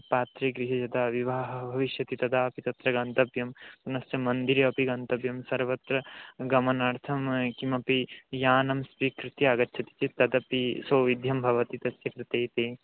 पात्रे गृहे यदा विवाहः भविष्यति तदापि तत्र गन्तव्यं पुनश्च मन्दिरे अपि गन्तव्यं सर्वत्र गमनार्थं किमपि यानं स्वीकृत्य आगच्छति चेत् तदपि सौविध्यं भवति तस्य कृते इति